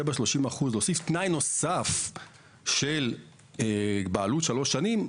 ב-30% להוסיף תנאי נוסף של בעלות שלוש שנים,